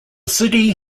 city